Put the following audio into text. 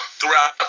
throughout